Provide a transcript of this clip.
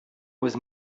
was